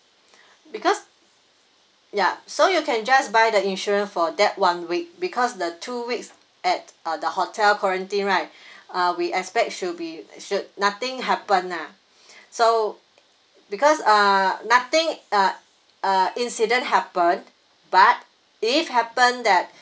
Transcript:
because ya so you can just buy the insurance for that one week because the two weeks add uh the hotel quarantine right uh we expect should be should nothing happen lah so because uh nothing uh uh incident happen but if happen that